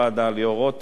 וכל מי שטרח,